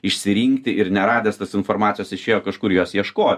išsirinkti ir neradęs tos informacijos išėjo kažkur jos ieškoti